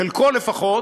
חלקו לפחות,